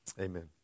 Amen